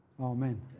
Amen